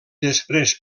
després